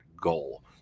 goal